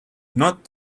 not